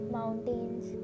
mountains